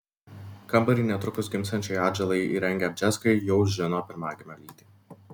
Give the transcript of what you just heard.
kambarį netrukus gimsiančiai atžalai įrengę bžeskai jau žino pirmagimio lytį